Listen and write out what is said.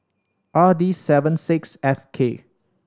R D seven six F K